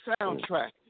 soundtrack